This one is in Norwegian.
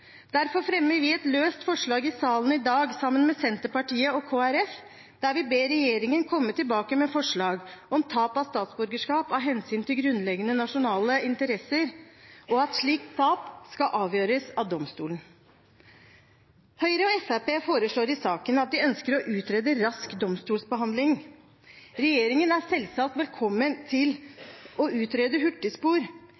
Derfor fremmer vi et løst forslag i salen i dag sammen med Senterpartiet og Kristelig Folkeparti, der vi ber regjeringen komme tilbake med forslag om tap av statsborgerskap av hensyn til grunnleggende nasjonale interesser, og at slikt tap skal avgjøres av domstolen. Høyre og Fremskrittspartiet foreslår i saken at de ønsker å utrede rask domstolsbehandling. Regjeringen er selvsagt velkommen til